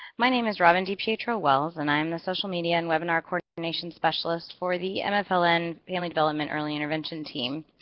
my name is robyn dipietro-wells and i am the social media and webinar coordination specialist for the and mfln so and family development early intervention team.